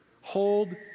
Hold